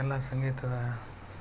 ಎಲ್ಲ ಸಂಗೀತದ